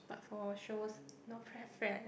but for shows no preference